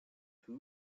two